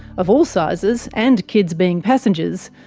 of all sizes, and kids being passengers,